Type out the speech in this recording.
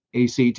ACT